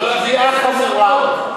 זאת שגיאה חמורה,